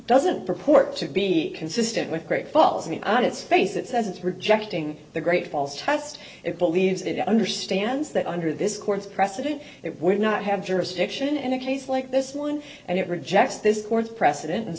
doesn't purport to be consistent with great falls me on its face it says it's rejecting the great falls test it believes it understands that under this court's precedent it would not have jurisdiction in a case like this one and it rejects this court's precedent and